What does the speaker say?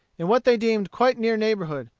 in what they deemed quite near neighborhood,